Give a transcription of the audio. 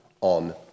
on